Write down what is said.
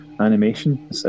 animation